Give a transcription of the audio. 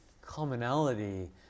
commonality